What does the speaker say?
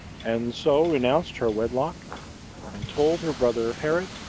and so renounced her wedlock and told her brother herod,